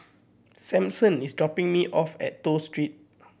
Samson is dropping me off at Toh Street